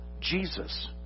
Jesus